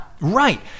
Right